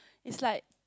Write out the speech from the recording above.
it's like